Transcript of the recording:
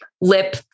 lip